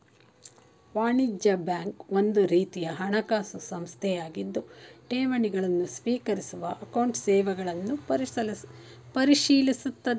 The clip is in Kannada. ವಾಣಿಜ್ಯ ಬ್ಯಾಂಕ್ ಒಂದುರೀತಿಯ ಹಣಕಾಸು ಸಂಸ್ಥೆಯಾಗಿದ್ದು ಠೇವಣಿ ಗಳನ್ನು ಸ್ವೀಕರಿಸುವ ಅಕೌಂಟ್ ಸೇವೆಗಳನ್ನು ಪರಿಶೀಲಿಸುತ್ತದೆ